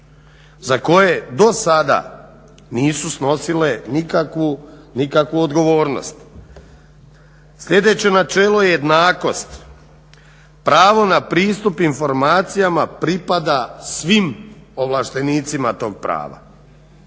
za koje do sad nisu snosile nikakvu odgovornosti. Sljedeće načelo je jednakost. Pravo na pristup informacija pripada svim ovlaštenicima tog prava,